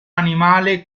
animale